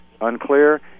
unclear